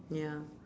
ya